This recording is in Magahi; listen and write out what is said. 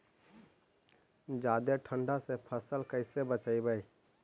जादे ठंडा से फसल कैसे बचइबै?